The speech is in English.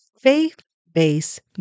faith-based